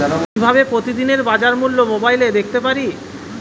কিভাবে প্রতিদিনের বাজার মূল্য মোবাইলে দেখতে পারি?